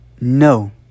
No